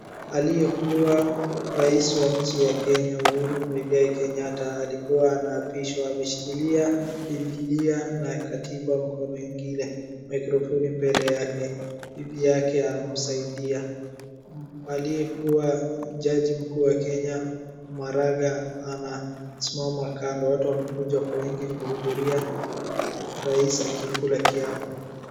aliye kuwa rais wa nchi ya kenya Uhuru Mwigai Kenyatta alikuwa anaapishwa ,ameshikilia bibilia na katiba mkono ingine microfoni mbele yake bibi yake anamsaidia .Aliye kuwa jaji mkuu wa kenya Maraga anasimama kando watu wamekuja kwa wingi kuhudhuria rais akikula kiapo